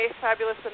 fabulous